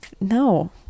no